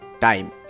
Time